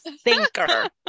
Thinker